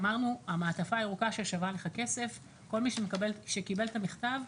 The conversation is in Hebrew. אמרנו המעטפה הירוקה ששווה לך כסף כל מי שקיבל את המכתב,